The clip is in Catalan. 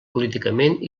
políticament